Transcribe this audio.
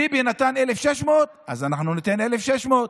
ביבי נתן 1,600 אז אנחנו ניתן 1,600,